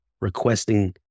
requesting